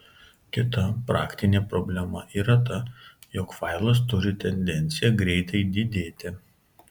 kita praktinė problema yra ta jog failas turi tendenciją greitai didėti